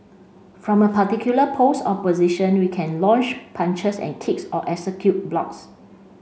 from a particular pose or position we can launch punches and kicks or execute blocks